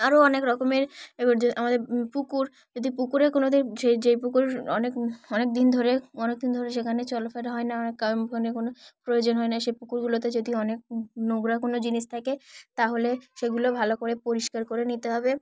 আরও অনেক রকমের এবার আমাদের পুকুর যদি পুকুরে কোনোদিন সেই যেই পুকুর অনেক অনেক দিন ধরে অনেকদিন ধরে সেখানে চলাফেরা হয় না অনেক কোনো প্রয়োজন হয় না সেই পুকুরগুলোতে যদি অনেক নোংরা কোনো জিনিস থাকে তাহলে সেগুলো ভালো করে পরিষ্কার করে নিতে হবে